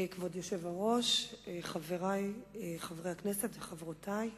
כבוד היושב-ראש, חברי חברי הכנסת וחברותי,